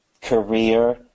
career